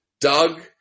Doug